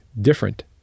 different